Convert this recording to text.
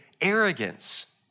arrogance